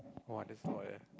what is loyal